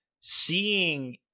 seeing